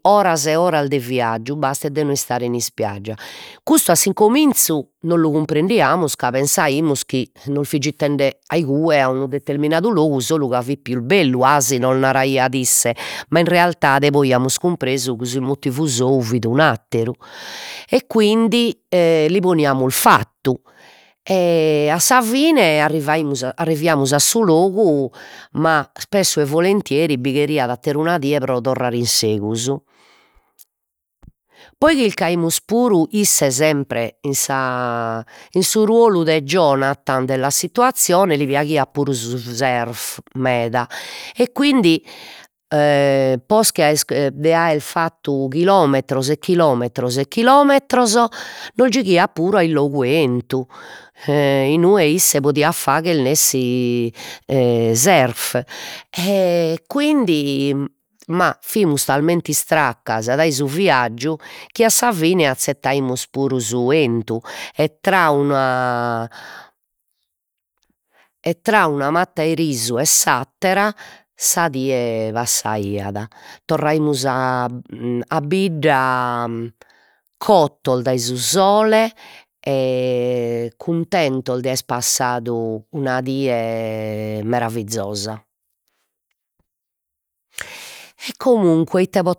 Oras e oras de viaggiu basta de non istare in ispiaggia, custu a s'incominzu non lu cumprendiamus ca pensaimus chi nos fit giuttende a igue a unu determinadu logu solu ca fit pius bellu, asi nos naraiat isse, ma in realidade poi amus cumpresu chi su motivu sou fit un'atteru, e quindi li poniamus fattu e a sa fine arrivaimus arriviamus a su logu, ma ispessu e volenteri bi cheriat atter'una die pro torrare in segus, poi chircaimus puru isse sempre in sa in su ruolu de della situazione li piaghiat puru surf meda e quindi posca 'e de aer fattu chilometros e chilometros e chilometros nos giughiat puru a in logu 'e 'entu inue isse podiat fagher nessi surf e quindi ma fimus talmente istraccas dai su viaggiu chi a sa fine azzettaimus puru su 'entu e tra una e tra una matta 'e risu e s'attera sa die passaiat, torraimus a a bidda cottos dai su sole e cuntentos de aer passadu una die meravizosa e comunque ite po